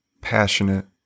passionate